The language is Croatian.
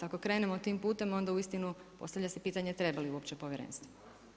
Ako krenemo tim putem onda uistinu postavlja se pitanje treba li uopće povjerenstvo.